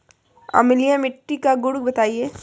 अम्लीय मिट्टी का गुण बताइये